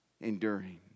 enduring